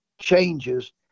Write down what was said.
changes